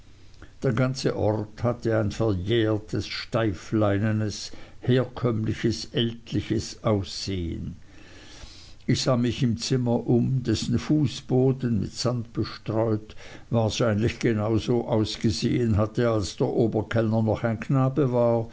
der ganze ort hatte ein verjährtes steifleinenes herkömmliches ältliches aussehen ich sah mich im zimmer um dessen fußboden mit sand bestreut wahrscheinlich genau so ausgesehen hatte als der oberkellner noch ein knabe war